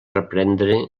reprendre